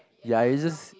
ya it just